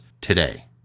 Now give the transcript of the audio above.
today